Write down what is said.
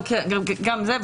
גם זה,